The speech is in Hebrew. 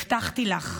הבטחתי לך,